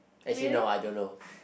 actually no I don't know